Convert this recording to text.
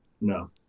No